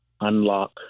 Unlock